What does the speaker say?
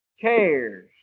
cares